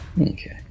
Okay